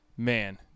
Man